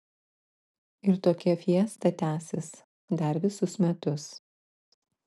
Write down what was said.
ir tokia fiesta tęsis dar visus metus